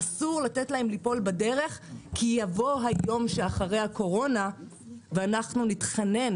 אסור לתת להם ליפול בדרך כי יבוא היום שאחרי הקורונה ואנחנו נתחנן